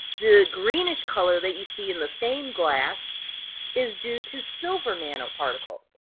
the greenish color that you see in the same glass is due to silver nanoparticles,